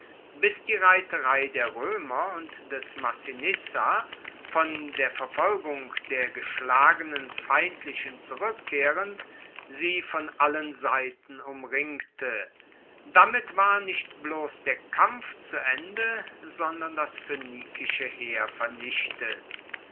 bis die reiterei der roemer und des massinissa von der verfolgung der geschlagenen feindlichen zurueckkehrend sie von allen seiten umringte damit war nicht bloss der kampf zu ende sondern das phoenikische heer vernichtet